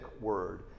word